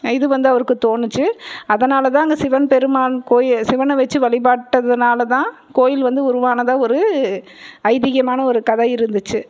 இது வந்து அவருக்கு தோணுச்சு அதனால் தான் அந்த சிவன் பெருமான் கோயி சிவனை வச்சு வழிபட்டதுனால தான் கோயில் வந்து உருவானதாக ஒரு ஐதீகமான ஒரு கதை இருந்துச்சு